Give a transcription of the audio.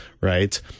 right